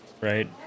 right